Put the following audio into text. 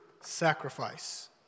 sacrifice